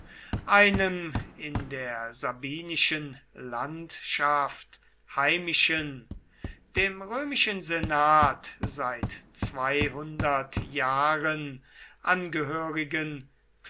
einem in der sabinischen landschaft heimischen dem römischen senat seit zweihundert jahren angehörigen